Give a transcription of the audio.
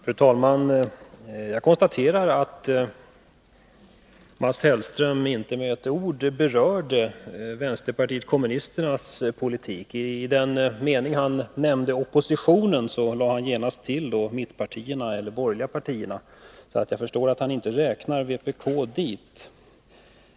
Fru talman! Jag konstaterar att Mats Hellström inte med ett enda ord berörde vänsterpartiet kommunisternas politik. När han nämnde oppositionen lade han genast till begreppen mittenpartierna eller de borgerliga partierna. Jag förstår att han således inte räknar vpk dit.